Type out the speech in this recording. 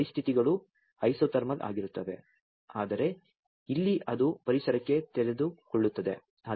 ಇಲ್ಲಿ ಪರಿಸ್ಥಿತಿಗಳು ಐಸೊಥರ್ಮಲ್ ಆಗಿರುತ್ತವೆ ಆದರೆ ಇಲ್ಲಿ ಅದು ಪರಿಸರಕ್ಕೆ ತೆರೆದುಕೊಳ್ಳುತ್ತದೆ